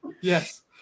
Yes